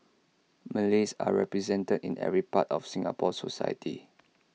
Malays are represented in every part of Singapore society